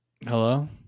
hello